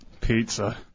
pizza